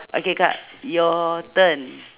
okay kak your turn